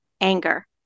anger